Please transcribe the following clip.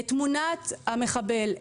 את תמונת המחבל,